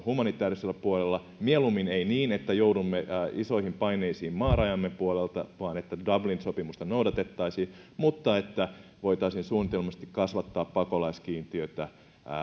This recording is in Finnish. humanitäärisellä puolella mieluummin ei niin että joudumme isoihin paineisiin maarajamme puolelta vaan niin että dublin sopimusta noudatettaisiin mutta että voitaisiin suunnitelmallisesti kasvattaa pakolaiskiintiötä